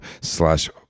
slash